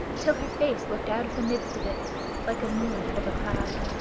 till her face looked out of the midst of it like a moon out of a cloud.